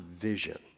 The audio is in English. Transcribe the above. vision